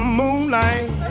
moonlight